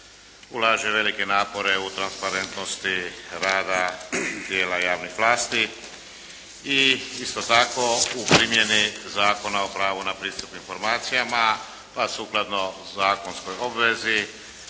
ulaže velike napore u transparentnosti rada dijela javnih vlasti i isto tako u primjeni Zakona o pravu na pristup informacijama, pa sukladno zakonskoj obvezi